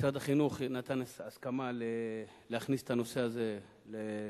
משרד החינוך נתן הסכמה להכניס את הנושא הזה לסדר-היום,